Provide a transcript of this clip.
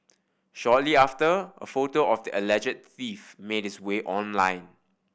shortly after a photo of the alleged thief made its way online